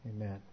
amen